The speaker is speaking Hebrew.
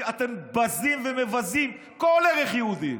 אתם בזים ומבזים כל ערך יהודי.